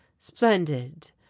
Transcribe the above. Splendid